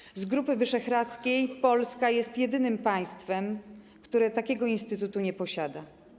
Wśród państw Grupy Wyszehradzkiej Polska jest jedynym państwem, które takiego instytutu nie posiada.